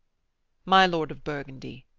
my lord of burgundy,